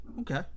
Okay